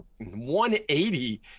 180